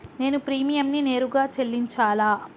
నేను ప్రీమియంని నేరుగా చెల్లించాలా?